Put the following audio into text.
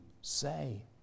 say